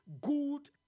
good